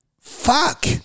Fuck